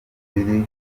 biri